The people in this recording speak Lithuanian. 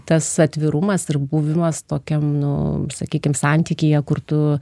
tas atvirumas ir buvimas tokiam nu sakykim santykyje kur tu